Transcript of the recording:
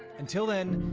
until then,